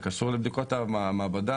מה שקשור לבדיקות מעבדה,